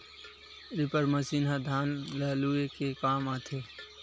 reaper machine ह धान ल लूए के काम आथे